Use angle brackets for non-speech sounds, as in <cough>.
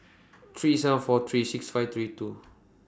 <noise> three seven four three six five three two <noise>